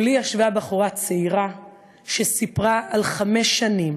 מולי ישבה בחורה צעירה שסיפרה על חמש שנים,